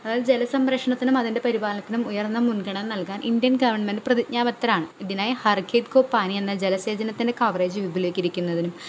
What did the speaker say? അതായത് ജല സംരക്ഷണത്തിനും അതിൻ്റെ പരിപാലനത്തിനും ഉയർന്ന മുൻഗണന നൽകാൻ ഇന്ത്യൻ ഗവണ്മെൻറ്റ് പ്രതിഞ്ജാബദ്ധരാണ് ഇതിനായി ഹർ കേദ്കൊ പാനി എന്ന ജലയസേചനത്തിൻ്റെ കവറേജ് വിപുലീകരിരിക്കുന്നതിനും